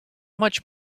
much